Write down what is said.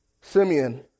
Simeon